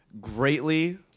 Greatly